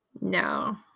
No